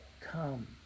come